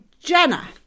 Jenna